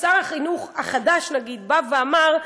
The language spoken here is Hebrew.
כששר החינוך החדש בא ואמר,